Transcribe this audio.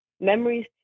Memories